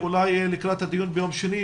לקראת הדיון ביום שני,